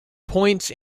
points